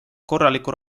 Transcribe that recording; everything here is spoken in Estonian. korraliku